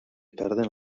perden